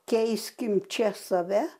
keiskim čia save